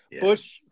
Bush